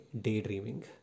daydreaming